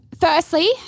firstly